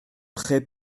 pré